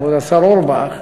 כבוד השר אורבך,